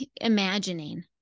imagining